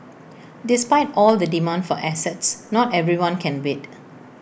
despite all the demand for assets not everyone can bid